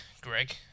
greg